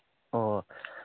ꯑꯣ